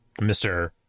Mr